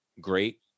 great